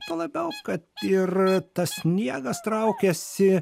tuo labiau kad ir tas sniegas traukiasi